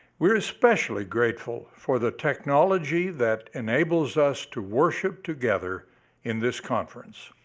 we are especially grateful for the technology that enables us to worship together in this conference.